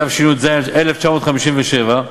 התשי"ז 1957,